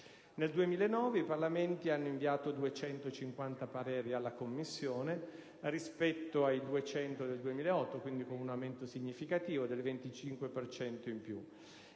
Nel 2009 i Parlamenti hanno inviato 250 pareri alla Commissione rispetto ai 200 del 2008: quindi, con un aumento significativo del 25 per